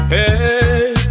Hey